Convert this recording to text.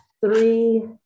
Three